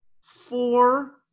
four